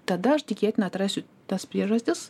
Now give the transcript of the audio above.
tada aš tikėtina atrasiu tas priežastis